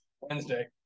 Wednesday